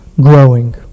Growing